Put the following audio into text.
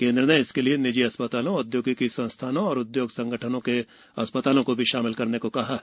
केन्द्र ने कहा है कि इसके लिए निजी अस्पतालों औद्योगिकी संस्थानों और उद्योग संगठनों के अस्पतालों को भी शामिल करने को कहा है